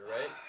right